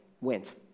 went